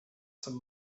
some